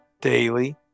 daily